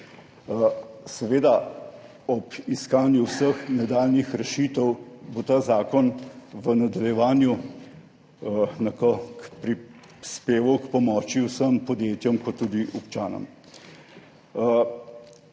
Seveda ob iskanju vseh nadaljnjih rešitev bo ta zakon v nadaljevanju nekako prispeval k pomoči vsem podjetjem in tudi občanom.